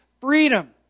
freedom